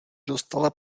dostala